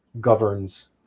governs